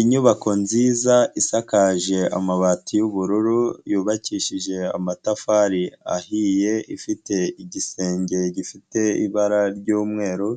Inyubako nziza isakaje amabati y'ubururu, yubakishije amatafari ahiye, ifite igisenge gifite ibara ry'umweru,